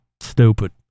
stupid